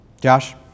Josh